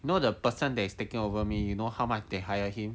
know the person that is taking over me you know how much they hire him